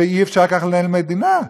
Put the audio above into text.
שאי-אפשר כך לנהל מדינה,